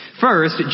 First